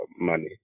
money